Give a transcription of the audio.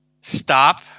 stop